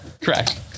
Correct